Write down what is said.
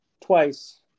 twice